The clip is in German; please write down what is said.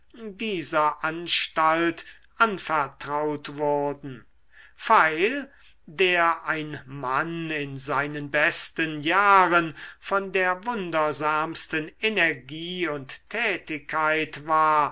dieser anstalt anvertraut wurden pfeil der ein mann in seinen besten jahren von der wundersamsten energie und tätigkeit war